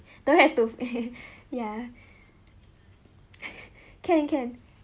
don't have to ya can can